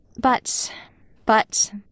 But—but—